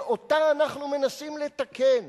ואותה אנחנו מנסים לתקן